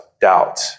doubt